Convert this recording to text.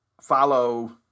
follow